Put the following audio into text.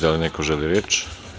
Da li neko želi reč?